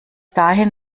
dahin